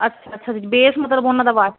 ਅੱਛਾ ਅੱਛਾ ਜੀ ਬੇਸ ਮਤਲਬ ਉਹਨਾਂ ਦਾ ਵਾ